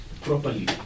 properly